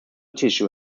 tissue